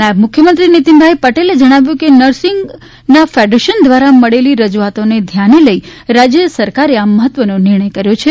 નાયબ મુખ્યમંત્રીશ્રી નીતિનભાઈ પટેલે જણાવ્યુ કે નર્સિંગના ફેડરેશન દ્વારા મળેલ રજુઆતોને ધ્યાને લઈને રાજ્યની સરકારે આ મહત્વનો નિર્ણય કર્યો છે